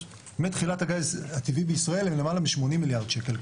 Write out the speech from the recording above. מתחילת הגז הטבעי בישראל הם למעלה מ-80 מיליארד שקל.